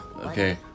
Okay